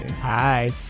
Hi